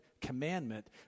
commandment